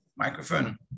microphone